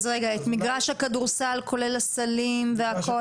אז רגע, את מגרש הכדורסל כולל הסלים והכל?